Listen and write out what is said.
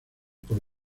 por